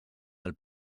del